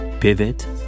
Pivot